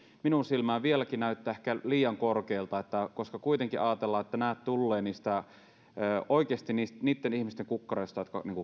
minun silmääni vieläkin näyttävät ehkä liian korkeilta koska kuitenkin ajatellaan että nämä tulevat oikeasti niistä niitten ihmisten kukkaroista jotka